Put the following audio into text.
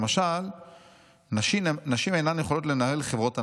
למשל שנשים אינן יכולות לנהל חברות ענק"